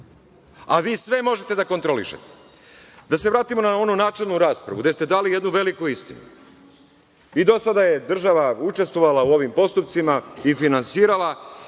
A vi sve možete da kontrolišete. Da se vratimo na načelnu raspravu gde ste dali jednu veliku istinu. I do sada je država učestvovala u ovim postupcima i finansirala.